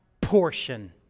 portion